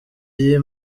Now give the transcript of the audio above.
y’i